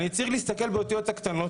אני צריך להסתכל באותיות הקטנות,